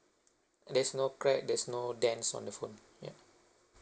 there's no crack there's no dents on the phone yup